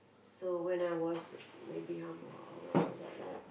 so when I was maybe how long how long was I like